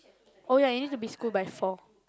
oh ya you need to be school by four